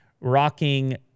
rocking